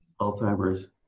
Alzheimer's